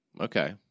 Okay